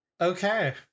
Okay